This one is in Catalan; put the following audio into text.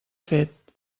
fet